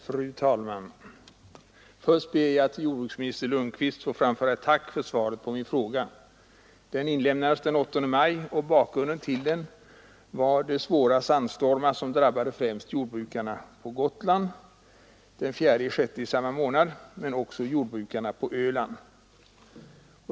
Fru talman! Först ber jag att till jordbruksminister Lundkvist få framföra ett tack för svaret på min fråga. Den inlämnades den 8 maj, och bakgrunden till den var de svåra sandstormar som främst drabbade jordbrukarna på Gotland men även jordbrukarna på Öland den 4—6 i samma månad.